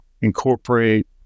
incorporate